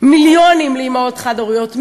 מיליונים לאימהות חד-הוריות,